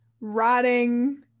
rotting